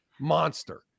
monster